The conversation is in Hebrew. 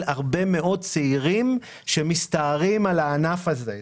הרבה מאוד צעירים שמסתערים על הענף הזה.